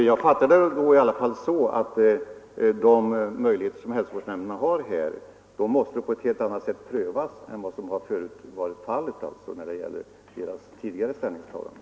Herr talman! Jag fattar detta så att de beslut som hälsovårdsnämnderna tar måste prövas på ett helt annat och mera ingående sätt än vad som hittills varit fallet när det gällt deras ställningstaganden.